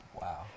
Wow